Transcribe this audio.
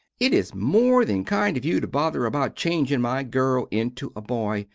it is more than kind of you to bother about changing my girl into a boy,